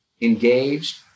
engaged